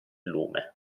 lume